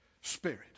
spirit